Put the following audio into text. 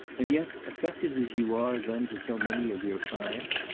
and yet, affected as you are then to so many of your clients,